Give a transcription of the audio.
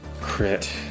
Crit